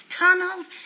tunnels